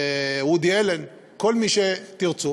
וודי אלן, כל מי שתרצו,